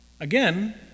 Again